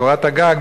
קורת הגג,